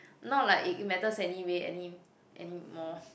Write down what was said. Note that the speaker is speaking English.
not like it it matters anyway any anymore